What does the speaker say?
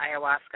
ayahuasca